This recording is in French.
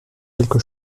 quelque